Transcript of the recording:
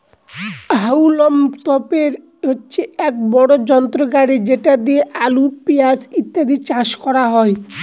হাউলম তোপের হচ্ছে এক বড় যন্ত্র গাড়ি যেটা দিয়ে আলু, পেঁয়াজ ইত্যাদি চাষ করা হয়